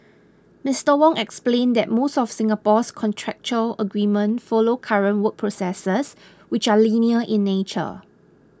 Mister Wong explained that most of Singapore's contractual agreements follow current work processes which are linear in nature